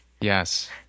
Yes